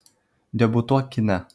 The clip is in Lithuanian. debiutuok kine